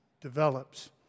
develops